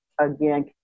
again